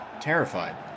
terrified